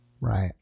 Right